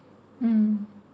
mm